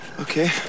Okay